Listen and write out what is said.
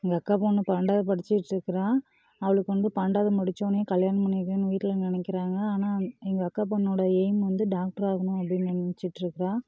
எங்கள் அக்கா பொண்ணு பன்னெண்டாவது படிச்சிட்டுருக்கறா அவளுக்கு வந்து பன்னெண்டாவது முடிச்சோடனே கல்யாணம் பண்ணி வைக்கணும்னு வீட்டில் நினைக்கிறாங்க ஆனால் எங்கள் அக்கா பொண்ணோட எயிம் வந்து டாக்டர் ஆகணும் அப்படின்னு நினைச்சிட்ருக்கறா